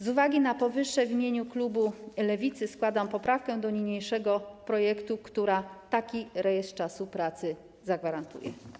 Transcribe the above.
Z uwagi na powyższe w imieniu klubu Lewicy składam poprawkę do niniejszego projektu, która taki rejestr czasu pracy zagwarantuje.